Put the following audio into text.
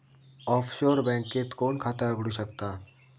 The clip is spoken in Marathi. ऑफशोर बँकेत कोण खाता उघडु शकता?